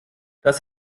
das